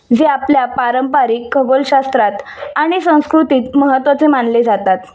जे आपल्या पारंपारिक खगोलशास्त्रात आणि संस्कृतीत महत्त्वाचे मानले जातात